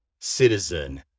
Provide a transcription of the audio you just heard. citizen